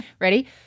Ready